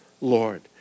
Lord